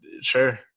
sure